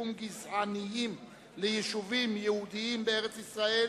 תיחום גזעניים ליישובים יהודיים בארץ-ישראל